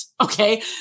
okay